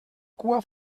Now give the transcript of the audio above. cua